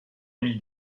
amie